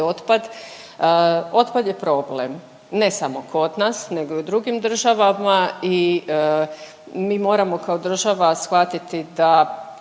otpad. Otpad je problem ne samo kod nas nego i u drugim državama i mi moramo kao država shvatiti da